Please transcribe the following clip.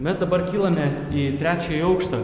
mes dabar kylame į trečiąjį aukštą